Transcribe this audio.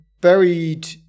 buried